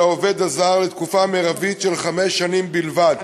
העובד הזר: תקופה מרבית של חמש שנים בלבד,